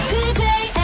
Today